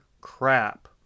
crap